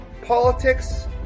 politics